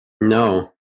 No